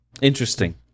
interesting